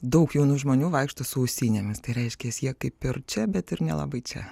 daug jaunų žmonių vaikšto su ausinėmis tai reiškiasi jie kaip ir čia bet ir nelabai čia